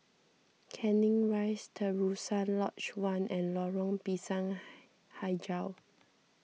Canning Rise Terusan Lodge one and Lorong Pisang HiJau